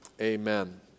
Amen